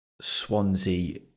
swansea